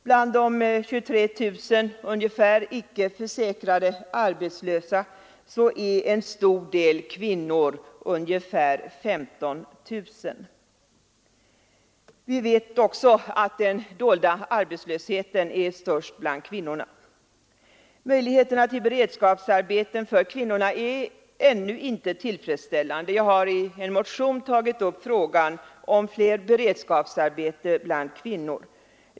Bland de ungefär 23 000 icke försäkrade arbetslösa är en stor del kvinnor, runt 15 000. Vi vet också att den dolda arbetslösheten är Möjligheterna till beredskapsarbeten för kvinnorna är ännu inte tillfredsställande. Jag har i en motion tagit upp frågan om fler beredskapsarbeten bland kvinnor.